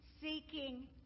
seeking